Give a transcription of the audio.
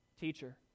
Teacher